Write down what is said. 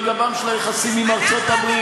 על גבם של היחסים עם ארצות-הברית,